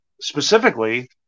specifically